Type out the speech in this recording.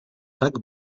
tak